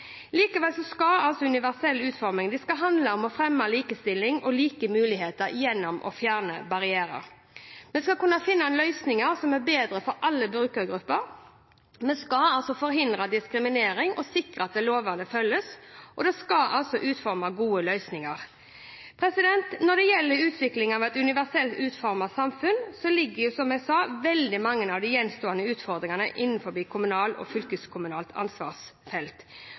universell utforming. Likevel skal universell utforming handle om å fremme likestilling og like muligheter gjennom å fjerne barrierer. Vi skal finne løsninger som er bedre for alle brukergrupper, vi skal forhindre diskriminering, sikre at lovene følges, og utforme gode løsninger. Når det gjelder utvikling av et universelt utformet samfunn, ligger – som jeg sa – veldig mange av de gjenstående utfordringene innenfor kommunalt og fylkeskommunalt ansvarsfelt.